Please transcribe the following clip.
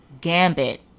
Gambit